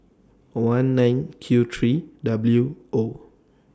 one nine Q three W O